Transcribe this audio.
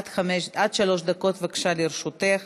עד שלוש דקות לרשותך